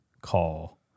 call